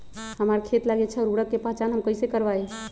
हमार खेत लागी अच्छा उर्वरक के पहचान हम कैसे करवाई?